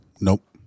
Nope